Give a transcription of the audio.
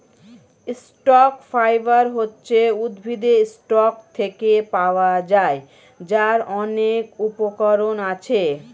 stock fibre হচ্ছে উদ্ভিদের stalk থেকে পাওয়া যায়, যার অনেক উপকরণ আছে